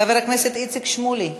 חבר הכנסת איציק שמולי.